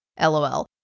LOL